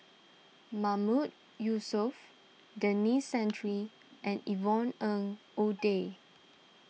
Mahmood Yusof Denis Santry and Yvonne Ng Uhde